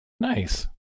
Nice